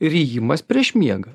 rijimas prieš miegą